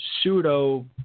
pseudo